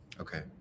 okay